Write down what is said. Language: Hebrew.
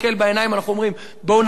אנחנו אומרים בואו נעצור,